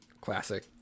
Classic